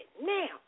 Now